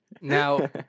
Now